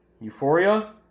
Euphoria